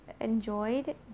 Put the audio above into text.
enjoyed